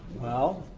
well,